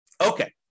Okay